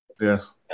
Yes